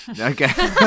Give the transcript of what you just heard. Okay